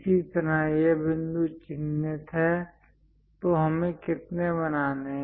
इसी तरह यह बिंदु चिह्नित है तो हमें कितने बनाने हैं